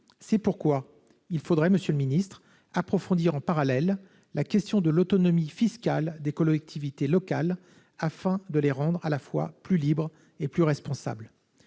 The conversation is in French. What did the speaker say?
C'est pourquoi, monsieur le ministre, il faudrait approfondir en parallèle la question de l'autonomie fiscale des collectivités locales, en vue de les rendre à la fois plus libres et plus responsables.